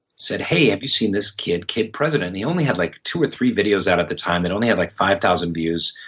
said, hey, have you seen this kid, kid president? and he only had like two or three videos out at the time that only had like five thousand views.